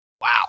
Wow